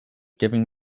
giving